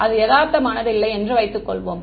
அது யதார்த்தமானது இல்லை என்று வைத்துக் கொள்வோம்